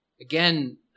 Again